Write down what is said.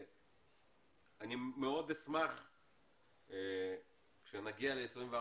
אני מאוד אשמח כשנגיע ל-24